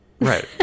Right